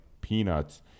peanuts